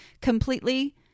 completely